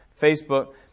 Facebook